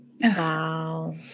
Wow